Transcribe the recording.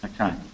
Okay